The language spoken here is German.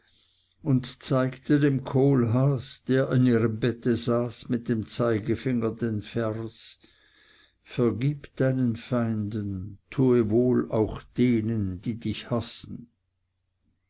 und zeigte dem kohlhaas der an ihrem bette saß mit dem zeigefinger den vers vergib deinen feinden tue wohl auch denen die dich hassen